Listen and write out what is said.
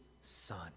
Son